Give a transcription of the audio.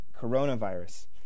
coronavirus